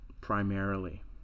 primarily